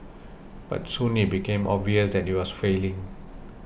but soon it became obvious that it was failing